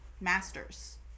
masters